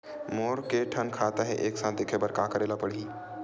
मोर के थन खाता हे एक साथ देखे बार का करेला पढ़ही?